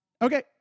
Okay